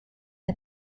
the